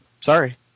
Sorry